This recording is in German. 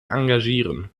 engagieren